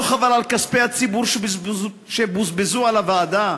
לא חבל על כספי הציבור שבוזבזו על הוועדה?